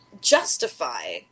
justify